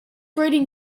writing